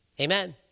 Amen